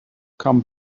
come